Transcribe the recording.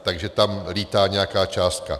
Takže tam lítá nějaká částka.